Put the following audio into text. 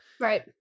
Right